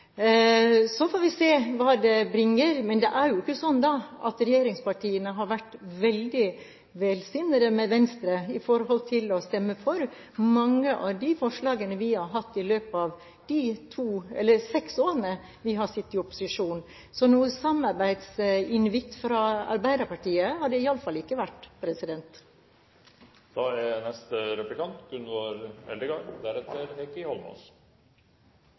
så vi står trygt og solid på egne ben, og så får vi se hva det bringer. Men det er jo ikke slik at regjeringspartiene har vært veldig vennligsinnede overfor Venstre i forhold til å stemme for mange av de forslagene vi har hatt i løpet av de seks årene vi har sittet i opposisjon. Så noen samarbeidsinvitt fra Arbeiderpartiet har det iallfall ikke vært. Venstre er